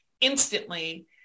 instantly